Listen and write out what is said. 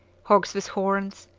hogs with horns,